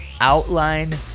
outline